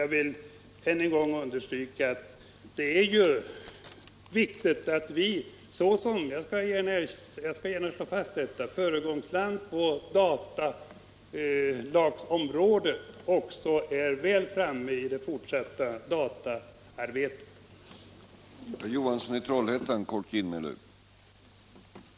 Jag vill än en gång understryka att det är viktigt att vi i Sverige, som är ett föregångsland på datalagsområdet — jag vill gärna slå fast detta — också är väl framme i det fortsatta dataarbetet.